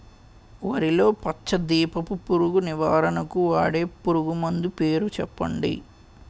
వరిలో పచ్చ దీపపు పురుగు నివారణకు వాడే పురుగుమందు పేరు చెప్పండి?